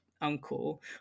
uncle